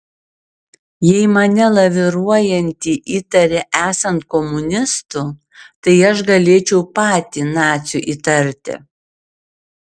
jei mane laviruojantį įtari esant komunistu tai aš galėčiau patį naciu įtarti